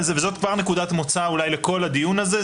זו כבר נקודת מוצא לכל הדיון הזה.